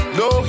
no